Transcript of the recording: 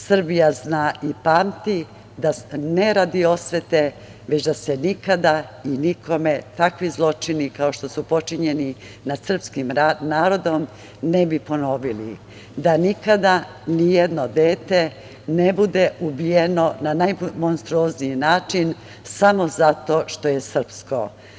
Srbija zna i pamti, ne radi osvete, već da se nikada i nikome takvi zločini, kao što su počinjeni na srpskim narodom, ne bi ponovili, da nikada ni jedno dete ne bude ubijeno na najmonstruozniji način, samo zato što je srpsko.